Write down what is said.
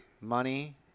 money